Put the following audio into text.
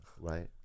right